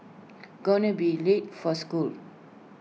gonna be late for school